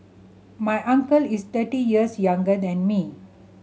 my uncle is thirty years younger than me